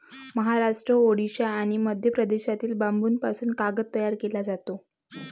महाराष्ट्र, ओडिशा आणि मध्य प्रदेशातील बांबूपासून कागद तयार केला जातो